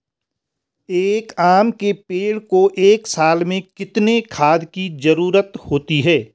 एक आम के पेड़ को एक साल में कितने खाद की जरूरत होती है?